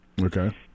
Okay